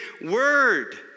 word